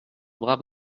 brave